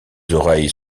oreilles